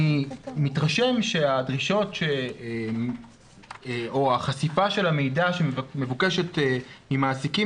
אני מתרשם שהדרישות או החשיפה של המידע שמבוקשת ממעסיקים,